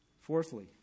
Fourthly